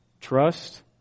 Trust